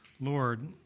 Lord